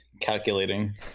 calculating